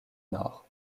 nord